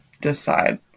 decide